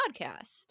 podcast